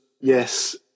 yes